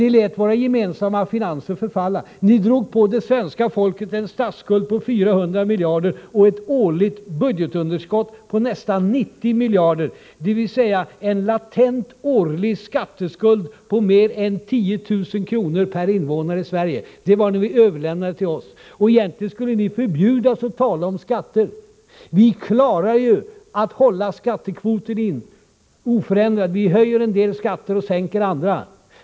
Ni lät våra gemensamma finanser förfalla. Ni drog på det svenska folket en statsskuld på 400 miljarder kronor och ett årligt budgetunderskott på nästan 90 miljarder kronor, dvs. en latent årlig skatteskuld på mer än 10 000 kr. per invånare i Sverige. Det var vad ni överlämnade till oss. Egentligen skulle ni förbjudas att tala om skatter. Vi klarar ju att hålla skattekvoten oförändrad; vi höjer en del skatter och sänker andra.